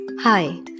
Hi